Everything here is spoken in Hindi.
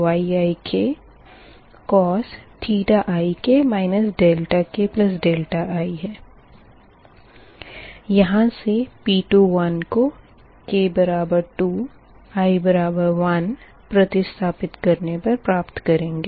cos ik ki यहाँ से P21 को k 2 i 1 प्रतिस्थापित करने पर प्राप्त करेंगे